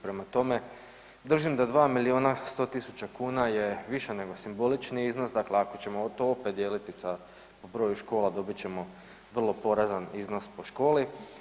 Prema tome, držim da 2 milijuna 100 tisuća kuna je više nego simbolični iznos, dakle ako ćemo to opet dijeliti sa brojem škola, dobit ćemo vrlo porazan iznos po školi.